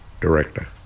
director